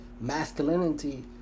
masculinity